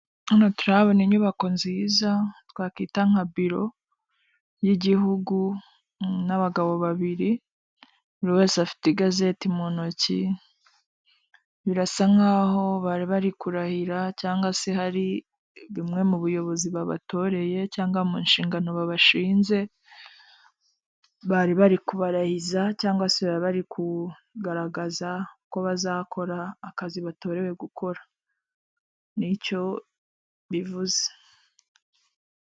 Hano turabona inyubako nziza, twakita nka biro y'igihugu n'abagabo babiri buri wese afite igazeti mu ntoki, birasa nk'aho bari bari kurahira cyangwa se hari bimwe mu buyobozi babatoreye cyangwa mu nshingano babashinze, bari bari kubarahiza cyangwa se baba bari kugaragaza ko bazakora akazi batorewe gukora, n'icyo bivuze.